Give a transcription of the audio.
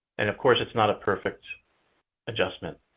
and of course, it's not a perfect adjustment.